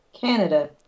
Canada